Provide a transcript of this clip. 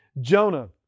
Jonah